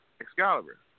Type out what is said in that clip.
Excalibur